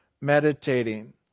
meditating